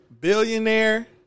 billionaire